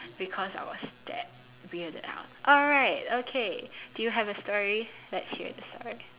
because I was that weirded out alright okay do you have a story let's hear the story